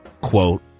quote